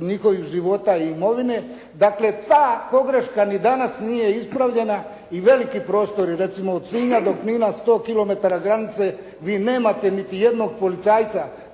njihovih života i imovine. Dakle ta pogreška ni danas nije ispravljena i veliki prostori recimo od Sinja do Knina, 100 kilometara granice vi nemate niti jednog policajca.